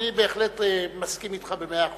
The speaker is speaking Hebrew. אני בהחלט מסכים אתך במאה אחוז.